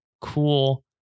cool